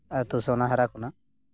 ᱟᱹᱛᱩ ᱥᱳᱱᱟ ᱦᱟᱨᱟ ᱠᱷᱚᱱᱟᱜ